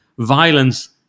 violence